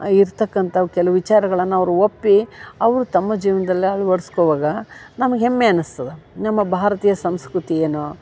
ಇರ್ತಕ್ಕಂಥವು ಕೆಲವು ವಿಚಾರಗಳನ್ನ ಅವರು ಒಪ್ಪಿ ಅವರು ತಮ್ಮ ಜೀವನ್ದಲ್ಲ ಅಳ್ವಡ್ಸ್ಕೊವಾಗ ನಮಗೆ ಹೆಮ್ಮೆ ಅನಿಸ್ತದ ನಮ್ಮ ಭಾರತೀಯ ಸಂಸ್ಕೃತಿ ಏನು